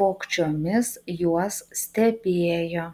vogčiomis juos stebėjo